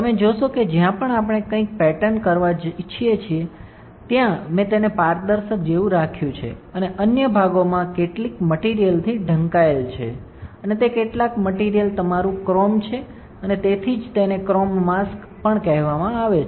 તમે જોશો કે જ્યાં પણ આપણે કંઇક પેટર્ન કરવા ઇચ્છીએ છીએ ત્યાં મેં તેને પારદર્શક જેવું રાખ્યું છે અને અન્ય ભાગોમાં કેટલીક મટિરિયલથી ઢંકાયેલ છે અને તે કેટલાક મટિરિયલ તમારું ક્રોમ છે અને તેથી જ તેને ક્રોમ માસ્ક માસ્ક પણ કહેવામાં આવે છે